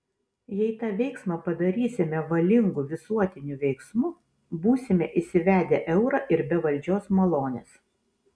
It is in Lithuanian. jei tą veiksmą padarysime valingu visuotiniu veiksmu būsime įsivedę eurą ir be valdžios malonės